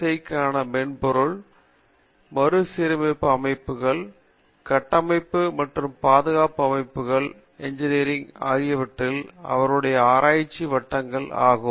ஐ க்கான மென்பொருள் மறுசீரமைப்பு அமைப்புகள் வடிவமைப்பு கட்டமைப்பு மற்றும் பாதுகாப்பான அமைப்புகள் இன்ஜினியரிங் ஆகியவை அவருடைய ஆராய்ச்சி வட்டங்கள் ஆகும்